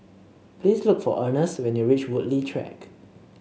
please look for Ernest when you reach Woodleigh Track